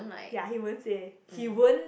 ya he won't say he won't